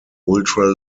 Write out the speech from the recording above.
ultra